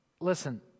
Listen